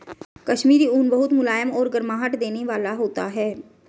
कश्मीरी ऊन बहुत मुलायम और गर्माहट देने वाला होता है